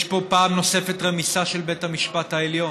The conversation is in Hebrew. יש פה פעם נוספת רמיסה של בית המשפט העליון,